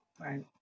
Right